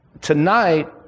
tonight